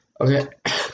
Okay